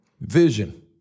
Vision